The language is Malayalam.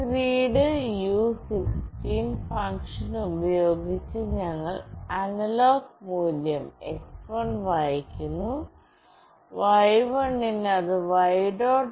read u16 ഫംഗ്ഷൻ ഉപയോഗിച്ച് ഞങ്ങൾ അനലോഗ് മൂല്യം x1 വായിക്കുന്നു y1 ന് അത് y